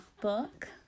book